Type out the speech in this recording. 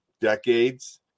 decades